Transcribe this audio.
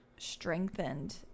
strengthened